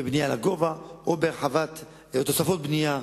בבנייה לגובה או בתוספות בנייה,